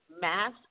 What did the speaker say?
mass